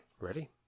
ready